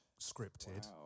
scripted